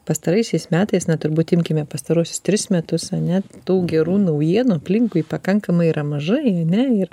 pastaraisiais metais net turbūt imkime pastaruosius tris metus ane daug gerų naujienų aplinkui pakankamai yra mažai ane ir